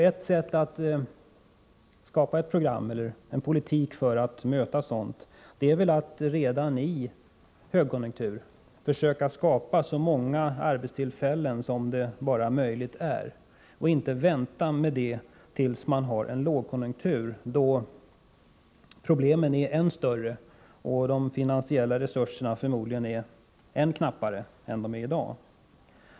Ett sätt att skapa ett program eller en politik för att möta nedgångar är väl att redan i en högkonjunktur försöka skapa så många arbetstillfällen som det bara är möjligt och inte vänta med det tills man har en lågkonjunktur, då problemen är än större och de finansiella resurserna förmodligen än knappare än i dag.